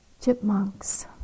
chipmunks